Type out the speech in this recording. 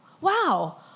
wow